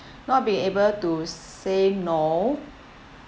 not being able to say no